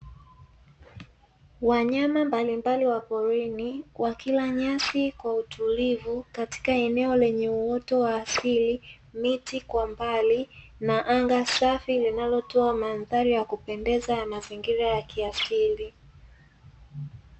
Wanyama mbalimbali wa porini wakila nyasi kwa utulivu katika eneo lenye uoto wa asili, miti kwa mbali na anga safi; linalotoa mandhari ya kupendeza ya mazingira ya kiasili.